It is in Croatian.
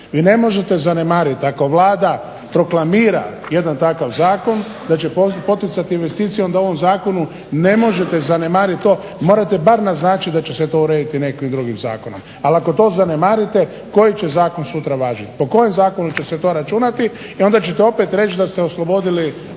Vi ne možete zanemariti ako Vlada proklamira jedan takav zakon, da će poticati investicije onda u ovom zakonu ne možete zanemariti to, morate bar naznačiti da će se to urediti nekim drugim zakonom ali ako to zanemarite koji će zakon sutra važiti. Po kojem zakonu će se to računati. I onda ćete opet reć da ste oslobodili